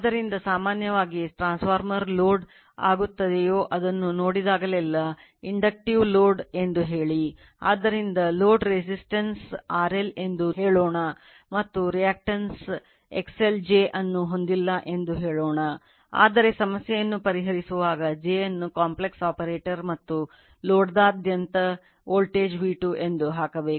ಆದ್ದರಿಂದ ಸಾಮಾನ್ಯವಾಗಿ transformer load ಮತ್ತು ಲೋಡ್ನಾದ್ಯಂತ ವೋಲ್ಟೇಜ್ V2 ಎಂದು ಹಾಕಬೇಕು